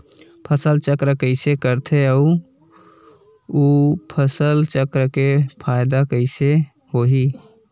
फसल चक्र कइसे करथे उ फसल चक्र के फ़ायदा कइसे से होही?